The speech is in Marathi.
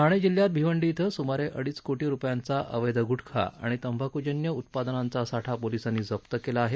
ठाणे जिल्ह्यात भिवंडी कें सुमारे अडीच कोटी रुपयांचा अवैध गृटखा आणि तंबाखुजन्य उत्पादनांचा साठा पोलीसांनी जप्त केला आहे